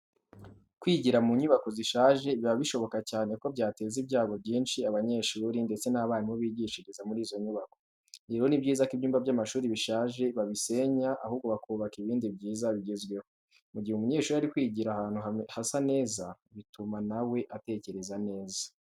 Kwigira mu nyubako zishaje biba bishoboka cyane ko byateza ibyago byinshi abanyeshuri ndetse n'abarimu bigishiriza muri izo nyubako. Rero ni byiza ko ibyumba by'amashuri bishaje babisenya ahubwo bakubaka ibindi byiza bigezweho. Mu gihe umunyeshuri ari kwigira ahantu hasa neza, bituma na we atekereza neza.